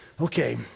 okay